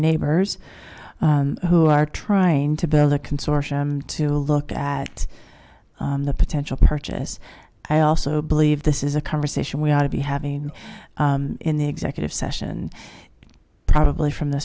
neighbors who are trying to build a consortium to look at the potential purchase i also believe this is a conversation we ought to be having in the executive session probably from th